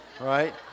right